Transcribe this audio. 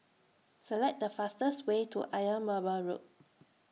Select The fastest Way to Ayer Merbau Road